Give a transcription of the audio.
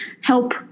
help